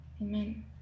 Amen